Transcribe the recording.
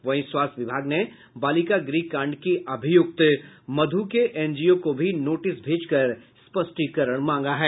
वहीं स्वास्थ्य विभाग ने बालिका गृह कांड की अभियुक्त मधु के एनजीओ को भी नोटिस भेजकर स्पष्टीकरण मांगा है